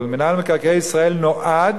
אבל מינהל מקרקעי ישראל נועד